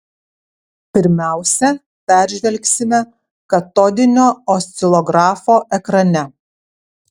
pirmiausia peržvelgsime katodinio oscilografo ekrane